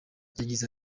yagize